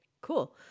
Cool